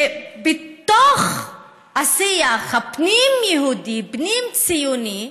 שבתוך השיח הפנים-יהודי, פנים-ציוני,